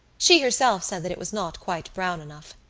she herself said that it was not quite brown enough.